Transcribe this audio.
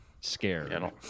scared